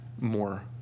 more